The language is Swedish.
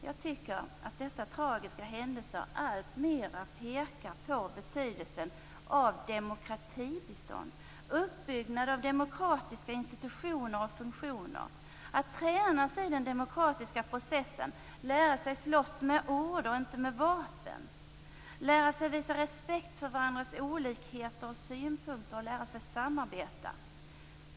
Jag tycker dessa tragiska händelser alltmer pekar på betydelsen av demokratibistånd, uppbyggnad av demokratiska institutioner och funktioner. Det handlar om att tränas i den demokratiska processen, lära sig att slåss med ord och inte med vapen, lära sig att visa respekt för varandras olikheter och synpunkter, lära sig att samarbeta.